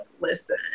listen